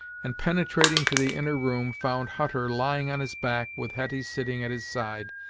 and penetrating to the inner room, found hutter lying on his back with hetty sitting at his side,